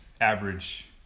average